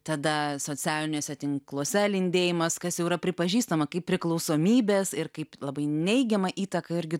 tada socialiniuose tinkluose lindėjimas kas jau yra pripažįstama kaip priklausomybės ir kaip labai neigiama įtaka irgi